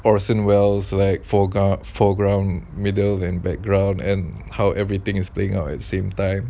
orson wells like forgot foreground middle and background and how everything is playing out at same time